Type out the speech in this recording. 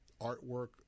artwork